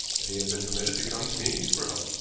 that he has been permitted to come to me for help.